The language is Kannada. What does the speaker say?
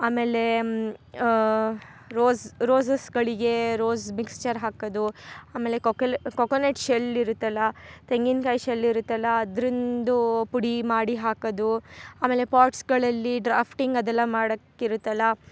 ಆಮೇಲೆ ರೋಸ್ ರೋಸಸ್ಗಳಿಗೆ ರೋಸ್ ಮಿಕ್ಸ್ಚರ್ ಹಾಕೋದು ಆಮೇಲೆ ಕೊಕಲ್ ಕೋಕನೆಟ್ ಶೆಲ್ ಇರುತ್ತಲ್ಲ ತೆಂಗಿನಕಾಯಿ ಶೆಲ್ ಇರುತ್ತಲ್ಲ ಅದ್ರಿಂದು ಪುಡಿ ಮಾಡಿ ಹಾಕೋದು ಆಮೇಲೆ ಪಾಟ್ಸ್ಗಳಲ್ಲಿ ಡ್ರಾಪ್ಟಿಂಗ್ ಅದೆಲ್ಲ ಮಾಡಕ್ಕಿರುತ್ತಲ್ಲ